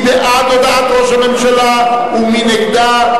מי בעד הודעת ראש הממשלה ומי נגדה,